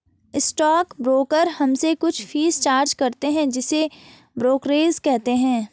stock broker हमसे कुछ fees charge करते हैं जिसे ब्रोकरेज कहते हैं